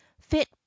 fit